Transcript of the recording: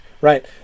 right